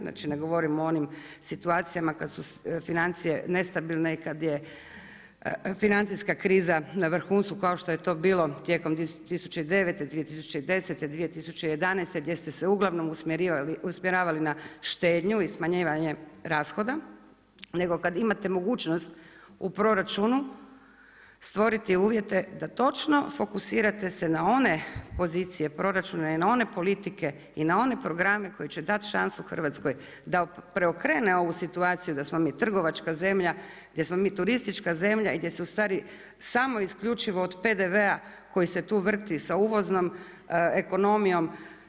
Znači, ne govorim o onim situacijama kad su financije nestabilne i kad je financijska kriza na vrhuncu kao što je to bilo tijekom 2009., 2010., 2011. gdje ste se uglavnom usmjeravali na štednju i smanjivanje rashoda, nego kad imate mogućnost u proračunu stvoriti uvjete da točno fokusirate se na one pozicije proračuna i na one politike i na one programe koji će dati šansu Hrvatskoj da preokrene ovu situaciju da smo mi trgovačka zemlja, gdje smo mi turistička zemlja i gdje se u stvari samo i isključivo od PDV-a koji se tu vrti sa uvoznom ekonomijom.